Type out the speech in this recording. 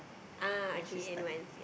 ah okay and one